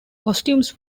costumes